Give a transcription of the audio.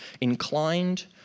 inclined